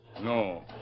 No